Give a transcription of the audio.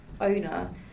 owner